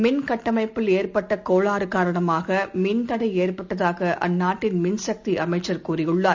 மின் கட்டமைப்பில் ஏற்பட்டகோளாறுகாரணமாகமின் தடைஏற்பட்டதாகஅற்நாட்டின் மின்சக்திஅமைச்சர் கூறியுள்ளார்